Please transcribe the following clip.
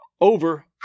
over